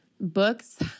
Books